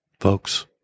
folks